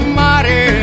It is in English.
mighty